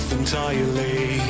entirely